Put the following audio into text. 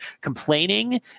complaining